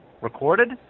Recorded